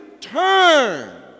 turn